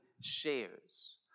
shares